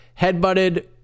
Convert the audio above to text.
headbutted